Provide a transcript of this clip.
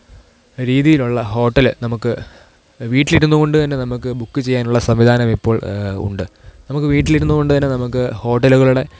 രീതിയിലുള്ള ഹോട്ടല് നമുക്ക് വീട്ടിലിരുന്നു കൊണ്ട് തന്നെ നമുക്ക് ബുക്ക് ചെയ്യാനുള്ള സംവിധാനം ഇപ്പോൾ ഉണ്ട് നമുക്ക് വീട്ടിലിരുന്നു കൊണ്ട് തന്നെ നമുക്ക് ഹോട്ടലുകളുടെ